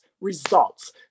results